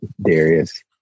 Darius